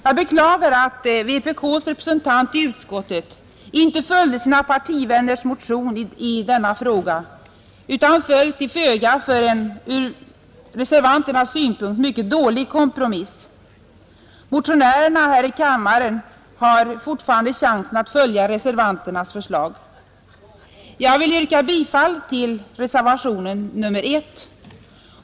Jag beklagar att vpk:s representant i utskottet inte följde sina partivänners motion i denna fråga utan föll till föga för en ur reservanternas synpunkt mycket dålig kompromiss. Motionärerna har här i kammaren fortfarande möjlighet att följa reservanternas förslag. Jag vill yrka bifall till reservationen 1.